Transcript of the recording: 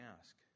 ask